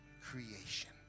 creation